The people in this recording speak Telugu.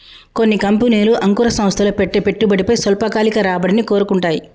కొన్ని కంపెనీలు అంకుర సంస్థల్లో పెట్టే పెట్టుబడిపై స్వల్పకాలిక రాబడిని కోరుకుంటాయి